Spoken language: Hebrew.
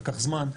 לקח זמן,